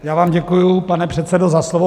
Já vám děkuji, pane předsedo, za slovo.